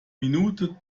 minute